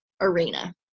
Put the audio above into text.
arena